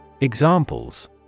Examples